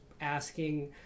asking